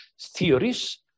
theories